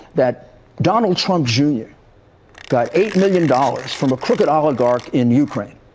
that donald trump junior got eight million dollars from a crooked oligarch in ukraine.